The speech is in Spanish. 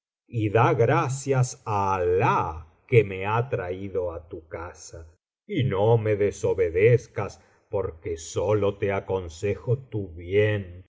y da gracias á alab que me ha traído á tu casa y no me desobedezcas porque sólo te aconsejo tu bien